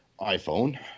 iPhone